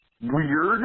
weird